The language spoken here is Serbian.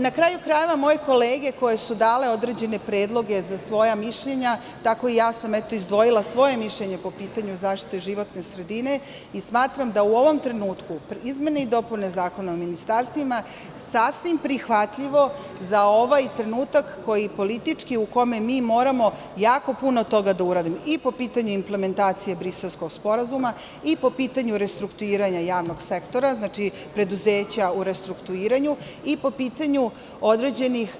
Na kraju krajeva, moje kolege koje su dale određene predloge za svoja mišljenja, tako i ja sam eto izdvojila svoje mišljenje po pitanju zaštite životne sredine i smatram da u ovom trenutku izmene i dopune Zakona o ministarstvima sasvim prihvatljivo za ovaj trenutak koji politički, u kome mi moramo jako puno toga da uradimo i po pitanju implementacije Briselskog sporazuma, i po pitanju restrukturiranja javnog sektora, znači preduzeća u restrukturiranju i po pitanju određenih